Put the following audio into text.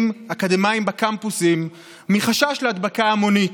אקדמיים בקמפוסים מחשש להדבקה המונית,